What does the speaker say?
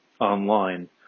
online